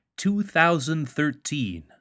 2013